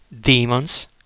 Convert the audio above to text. demons